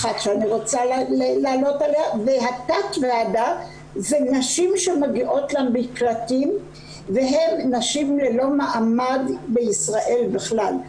יש נשים שמגיעות למקלטים והן נשים ללא מעמד בישראל בכלל.